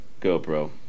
GoPro